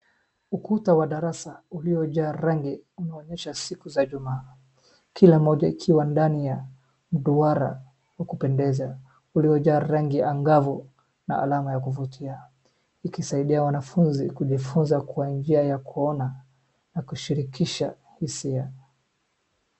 Ukuta wa darasa uliojaa rangi, unaonyesha siku za juma kila moja ikiwa ndani ya duara ya kupendeza uliojaa rangi angavu na alama ya kuvutia ikisaidia wanafuzi kujifuza kwa njia ya kuona na kushirikisha hisia.